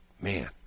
Man